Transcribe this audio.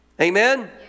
Amen